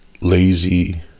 lazy